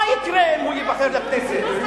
מה יקרה אם הוא ייבחר לכנסת?